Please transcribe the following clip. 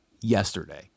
yesterday